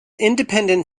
independent